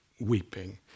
weeping